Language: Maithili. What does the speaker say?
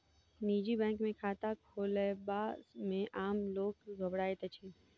निजी बैंक मे खाता खोलयबा मे आम लोक घबराइत अछि